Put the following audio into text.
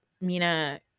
Mina